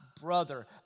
brother